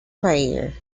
prayer